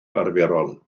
arferol